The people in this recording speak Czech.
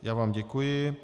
Já vám děkuji.